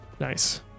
Nice